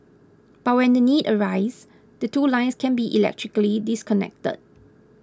but when the need arises the two lines can be electrically disconnected